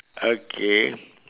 okay